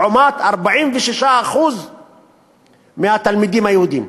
לעומת 46% מהתלמידים היהודים.